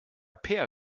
peer